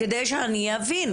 כדי שאני אבין.